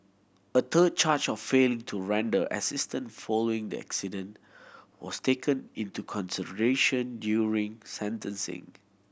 a third charge of failing to render assistance following the accident was taken into consideration during sentencing